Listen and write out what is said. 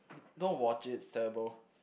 don't watch it